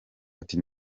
ati